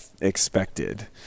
expected